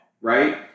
Right